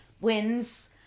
wins